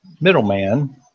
middleman